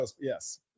Yes